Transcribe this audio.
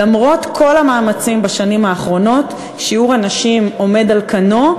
למרות כל המאמצים בשנים האחרונות שיעור הנשים עומד על כנו,